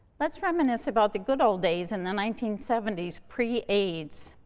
let's reminisce about the good-old days in the nineteen seventy s, pre-aids.